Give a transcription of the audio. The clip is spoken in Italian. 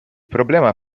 problema